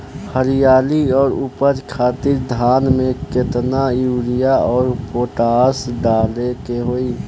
हरियाली और उपज खातिर धान में केतना यूरिया और पोटाश डाले के होई?